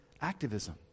activism